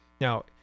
Now